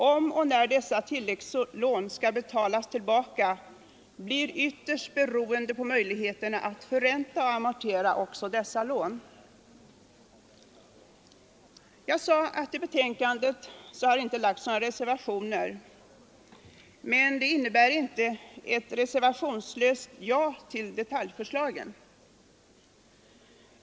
Om och när dessa tilläggslån skall betalas tillbaka blir ytterst beroende på möjligheterna att förränta och amortera också dessa lån. Jag sade att till betänkandet inte fogats några reservationer, men det innebär inte ett reservationslöst ja till detaljförslagen.